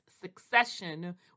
succession